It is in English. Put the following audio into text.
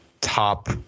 top